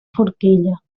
forquilla